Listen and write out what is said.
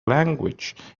language